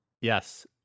yes